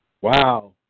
Wow